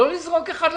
לא לזרוק אחד לשני.